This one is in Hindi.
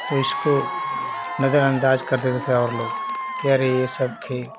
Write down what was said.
तो इसको नजद्वरअन्दाज कर देते थे और लोग कि अरे यह सब खेल